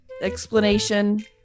explanation